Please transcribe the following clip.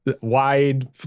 wide